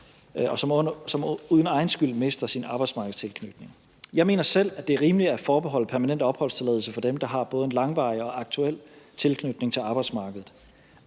som uden egen skyld mister deres arbejdsmarkedstilknytning? Jeg mener selv, at det er rimeligt at forbeholde permanent opholdstilladelse for dem, der har en både langvarig og aktuel tilknytning til arbejdsmarkedet.